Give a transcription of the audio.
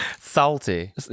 Salty